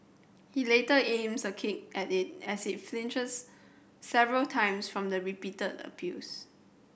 he later aims a kick at it as it flinches several times from the repeated abuse